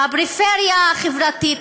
בפריפריה החברתית,